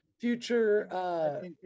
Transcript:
future